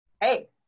hey